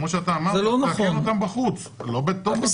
כמו שאתה אמרת, תקן אותם בחוץ, לא בתוך הדוחות.